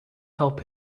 help